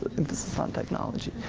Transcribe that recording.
this is not technology.